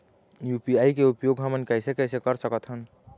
UPI के उपयोग हमन कैसे कैसे कर सकत हन?